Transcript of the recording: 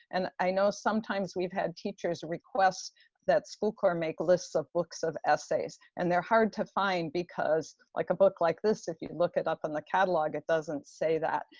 and i know sometimes we've had teachers request that school corps make lists of books of essays and they're hard to find because, like a book like this, if you look it up in the catalog, it doesn't say that.